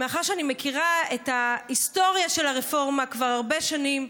אני מכירה את ההיסטוריה של הרפורמה כבר הרבה שנים.